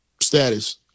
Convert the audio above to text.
Status